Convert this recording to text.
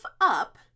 up